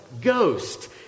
Ghost